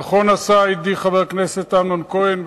נכון עשה ידידי חבר הכנסת אמנון כהן,